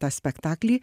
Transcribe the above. tą spektaklį